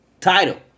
title